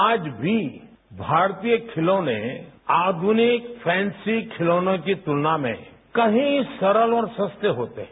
आज भी भारतीय खिलौने आधनिक फैंसी खिलौनों की तुलना में कहीं सरल और सस्ते होते हैं